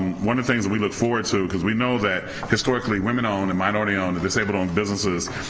one of the things that we look forward to, because we know that historically, women owned and minority owned and disabled owned businesses,